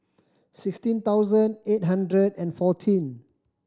sixteen thousand eight hundred and fourteen